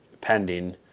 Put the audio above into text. pending